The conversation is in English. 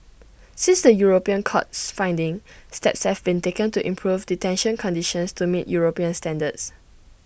since the european court's findings steps have been taken to improve detention conditions to meet european standards